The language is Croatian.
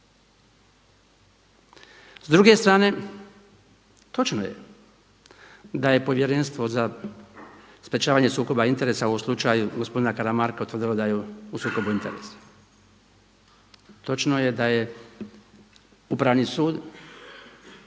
S druge strane, točno je da je Povjerenstvo za spriječavanje sukoba interesa u slučaju gospodina Karamarka utvrdilo da je u sukobu interesa, točno je da je Upravni sud